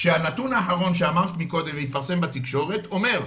כשהנתון האחרון שאמרת מקודם והתפרסם בתקשורת אומר,